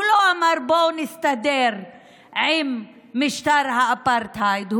הוא לא אמר: בואו נסתדר עם משטר האפרטהייד,